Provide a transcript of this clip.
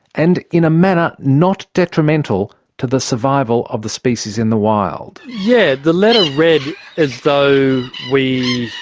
and in a manner not detrimental to the survival of the species in the wild. yeah, the letter read as though we,